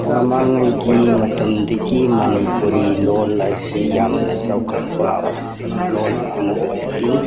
ꯃꯃꯥꯡꯉꯩꯒꯤ ꯃꯇꯝꯗꯒꯤ ꯃꯅꯤꯄꯨꯔꯤ ꯂꯣꯟ ꯑꯁꯤ ꯌꯥꯝꯅ ꯆꯥꯎꯈꯠꯄ ꯂꯣꯟ ꯑꯃ ꯑꯣꯏꯔꯛꯏ